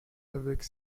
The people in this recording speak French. avec